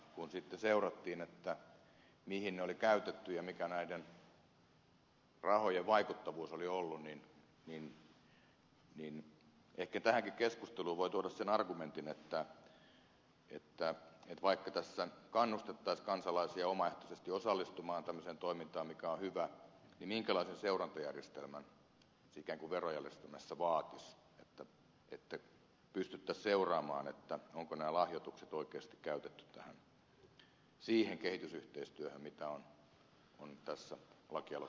kun sitten seurattiin mihin ne oli käytetty ja mikä näiden rahojen vaikuttavuus oli ollut niin ehkä tähänkin keskusteluun voi tuoda sen argumentin että vaikka tässä kannustettaisiin kansalaisia omaehtoisesti osallistumaan tämmöiseen toimintaan mikä on hyvä niin minkälaisen seurantajärjestelmän se ikään kuin verojärjestelmässä vaatisi että pystyttäisiin seuraamaan onko nämä lahjoitukset oikeasti käytetty siihen kehitysyhteistyöhön mitä on tässä laki aloitteessa tarkoitettu